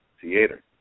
Theater